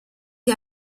gli